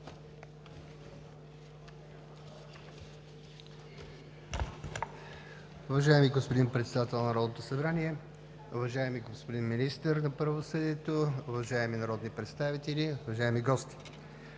Уважаеми господин Председател на Народното събрание, уважаеми господин Министър на правосъдието, уважаеми народни представители, уважаеми гости!